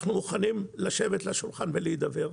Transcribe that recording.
אנחנו מוכנים לשבת סביב השולחן ולהידבר.